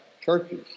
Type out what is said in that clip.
churches